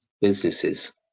businesses